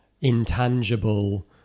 intangible